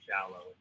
shallow